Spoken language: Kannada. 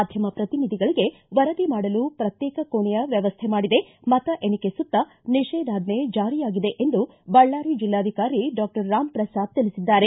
ಮಾಧ್ಯಮ ಪ್ರತಿನಿಧಿಗಳಿಗೆ ವರದಿ ಮಾಡಲು ಪ್ರತ್ಯೇಕ ಕೋಣೆಯ ವ್ಯವಸ್ಥೆ ಮಾಡಿದೆ ಮತ ಎಣಿಕೆ ಸುತ್ತ ನಿಷೇದಾಜ್ಜೇ ಜಾರಿಯಾಗಿದೆ ಎಂದು ಬಳ್ಳಾರಿ ಜಿಲ್ಲಾಧಿಕಾರಿ ಡಾಕ್ಟರ್ ರಾಮ್ ಪ್ರಸಾತ್ ತಿಳಿಸಿದ್ದಾರೆ